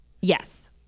Yes